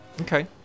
Okay